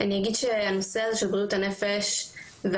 אני אגיד שהנושא הזה של בריאות הנפש והקשיים